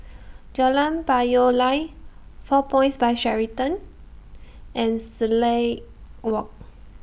Jalan Payoh Lai four Points By Sheraton and Silat Walk